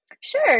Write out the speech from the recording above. Sure